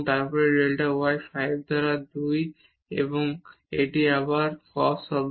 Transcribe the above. তারপর আমাদের delta y 5 ভাজিত 2 এবং এটি আবার এই cos থাকবে